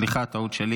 סליחה, טעות שלי.